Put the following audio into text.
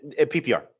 PPR